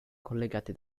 collegati